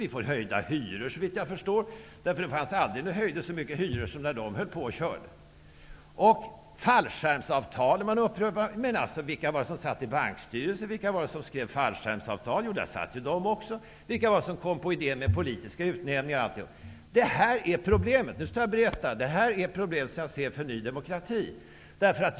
Vi får höjda hyror, såvitt jag förstår. Det höjdes aldrig så många hyror som när de ''höll på och körde''. Fallskärmsavtal är man upprörd över. Men vilka satt i bankstyrelser, vilka skrev fallskärmsavtal? Jo, där satt de också. Vilka kom på idén med politiska utnämningar? Nu står jag här och berättar att det här är problem som jag ser för Ny demokrati.